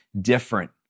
different